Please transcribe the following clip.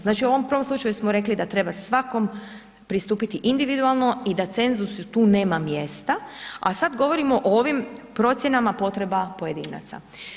Znači u ovom prvom slučaju smo rekli da treba svakom pristupiti individualno i da cenzusu tu nema mjesta a sad govorimo o ovim procjenama potreba pojedinaca.